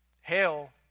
Hell